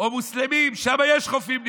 או מוסלמים, שם יש חופים נפרדים,